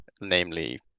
Namely